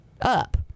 up